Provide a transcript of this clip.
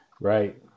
Right